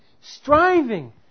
striving